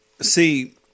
See